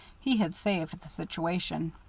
he had saved the situation.